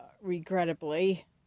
regrettably